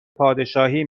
پادشاهی